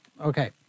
Okay